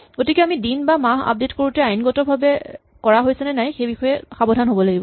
গতিকে আমি দিন বা মাহ আপডেট কৰোতে আইনগতভাৱে কৰা হৈছে নে নাই সেইবিষয়ে সাৱধান হ'ব লাগিব